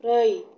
ब्रै